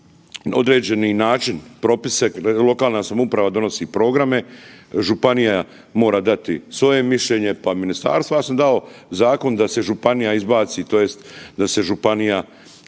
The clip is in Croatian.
određeni način propise, lokalna samouprava donosi programe, županija mora dati svoje mišljenje, pa ministarstva. Ja sam dao zakon da se županija izbaci tj. da se županija